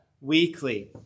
weekly